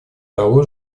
того